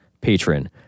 patron